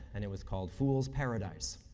and it was called fool's paradise,